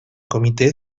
comitè